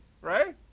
Right